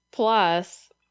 Plus